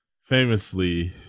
Famously